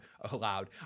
allowed